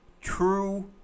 True